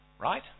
Right